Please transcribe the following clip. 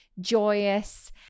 joyous